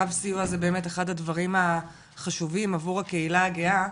קו סיוע זה באמת אחד הדברים החשובים עבור הקהילה הגאה,